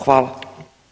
Hvala.